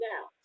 Now